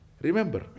Remember